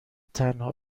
تنها